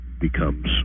becomes